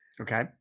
okay